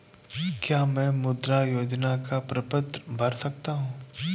क्या मैं मुद्रा योजना का प्रपत्र भर सकता हूँ?